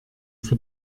für